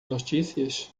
notícias